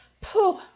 Pooh